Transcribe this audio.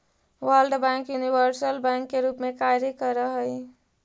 world Bank universal bank के रूप में कार्य करऽ हइ